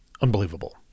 unbelievable